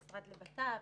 המשרד לביטחון פנים,